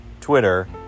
Twitter